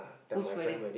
whose wedding